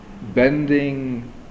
bending